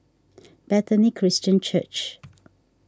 Bethany Christian Church